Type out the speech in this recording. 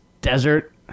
desert